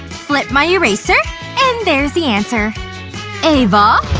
flip my eraser and there's the answer ava,